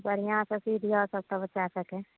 बढ़िआँसंँ सी दिहऽ सबटा बच्चा सबके